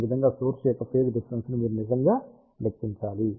కాబట్టి ఈ విధంగా సోర్స్ యొక్క ఫేజ్ డిఫరెన్స్ ని మీరు నిజంగా లెక్కించాలి